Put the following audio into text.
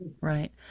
Right